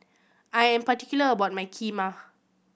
I am particular about my Kheema